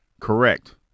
correct